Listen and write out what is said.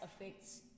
affects